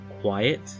quiet